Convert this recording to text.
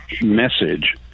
message